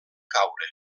caure